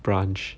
branch